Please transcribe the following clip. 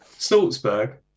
Salzburg